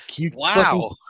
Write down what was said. Wow